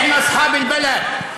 אחנא צחאב אלבלד.